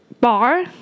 bar